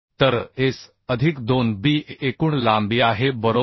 तरS अधिक 2 B ही एकूण लांबी आहे बरोबर